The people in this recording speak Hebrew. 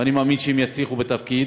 ואני מאמין שהם יצליחו בתפקיד.